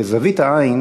בזווית העין